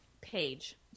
Page